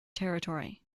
territory